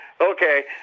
Okay